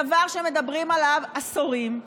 דבר שמדברים עליו עשורים,